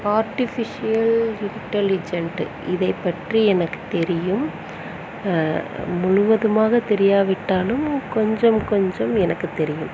artificial intelligent இதை பற்றி எனக்கு தெரியும் முழுவதுமாக தெரியா விட்டாலும் கொஞ்சம் கொஞ்சம் எனக்கு தெரியும்